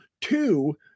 two